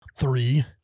Three